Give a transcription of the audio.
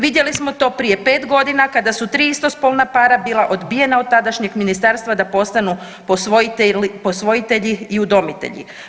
Vidjeli smo to prije 5 godina kada su 3 istospolna para bila odbijena od tadašnjeg ministarstva da postanu posvojitelji i udomitelji.